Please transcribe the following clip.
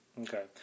okay